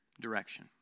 direction